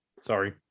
sorry